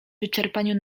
wyczerpaniu